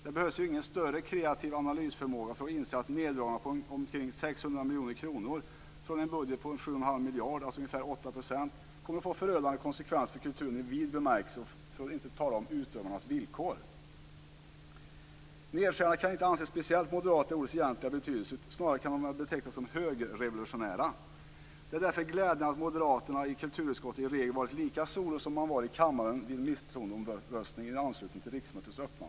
Det behövs ingen större kreativ analysförmåga för att inse att neddragningar på omkring 600 miljoner kronor i en budget på 7 1⁄2 miljard, dvs. med ungefär 8 %, kommer att få förödande konsekvenser för kulturen i vid bemärkelse, för att inte tala om utövarnas villkor. Nedskärningarna kan inte anses speciellt moderata i ordets egentliga betydelse. Snarare kan de betecknas som högerrevolutionära. Det är därför glädjande att moderaterna i kulturutskottet i regel varit lika solo som man var i kammaren vid misstroendeomröstningen i anslutning till riksmötets öppnande.